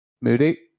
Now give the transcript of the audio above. Moody